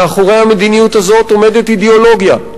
מאחורי המדיניות הזאת עומדת אידיאולוגיה.